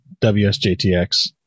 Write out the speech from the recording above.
WSJTX